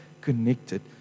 connected